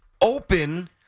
open